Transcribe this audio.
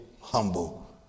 humble